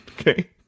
Okay